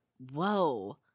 Whoa